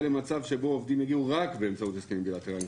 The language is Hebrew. למצב שבו העובדים יגיעו רק באמצעות הסכמים בילטראליים.